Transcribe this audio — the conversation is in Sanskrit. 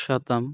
शतं